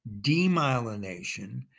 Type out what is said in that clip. demyelination